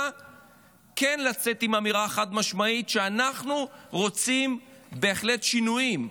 כן לצאת עם אמירה חד-משמעית שאנחנו בהחלט רוצים שינויים,